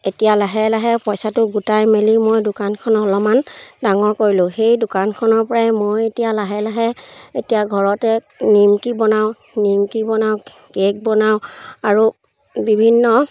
এতিয়া লাহে লাহে পইচাটো গোটাই মেলি মই দোকানখন অলপমান ডাঙৰ কৰিলোঁ সেই দোকানখনৰ পৰাই মই এতিয়া লাহে লাহে এতিয়া ঘৰতে নিমকি বনাওঁ নিমকি বনাওঁ কেক বনাওঁ আৰু বিভিন্ন